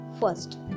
First